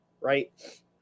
right